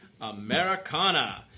Americana